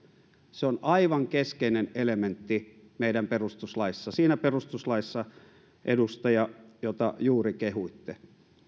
se on aivan keskeinen elementti meidän perustuslaissamme siinä perustuslaissa edustaja jota juuri kehuitte